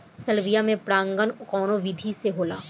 Salvia में परागण कउना विधि से होला?